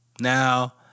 Now